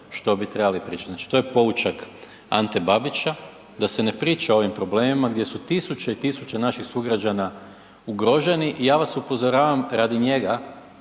što bi trebali pričati. Znači to je poučak Ante Babića da se ne priča o ovim problemima gdje su tisuće i tisuće naših sugrađana ugroženi i ja vas upozoravam radi njega